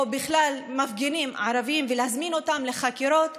מפגינים ערבים בכלל ולהזמין אותם לחקירות,